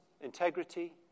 integrity